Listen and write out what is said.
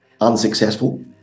unsuccessful